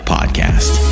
Podcast